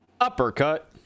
Uppercut